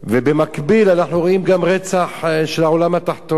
ובמקביל, אנחנו רואים גם רצח של העולם התחתון,